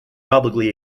publicly